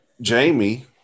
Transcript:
Jamie